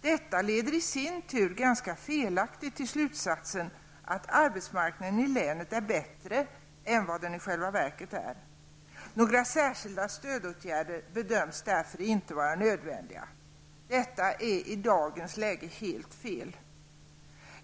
Detta i sin tur leder till den ganska felaktiga slutsatsen att arbetsmarknaden i länet är bättre än vad den i själva verket är. Några särskilda stödåtgärder bedöms därför inte vara nödvändiga. Detta är helt fel med tanke på dagens situation.